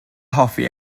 hoffi